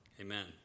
amen